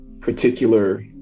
particular